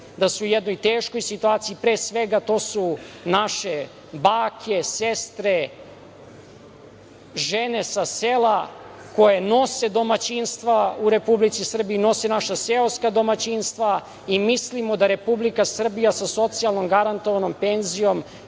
da su u jednoj teškoj situaciji. Pre svega, to su naše bake, sestre, žene sa sela koje nose domaćinstva u Republici Srbiji, nose naša seoska domaćinstva i mislimo da Republika Srbija sa socijalno garantovanom penzijom